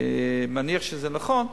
אני מניח שזה נכון.